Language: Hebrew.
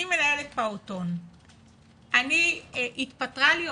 אני מנהלת פעוטון והתפטרה לי עובדת,